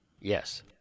Yes